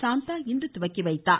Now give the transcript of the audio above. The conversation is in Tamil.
சாந்தா இன்று தொடங்கி வைத்தார்